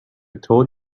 told